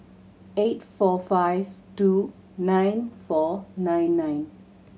eight four five two nine four nine nine